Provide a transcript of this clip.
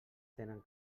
tenen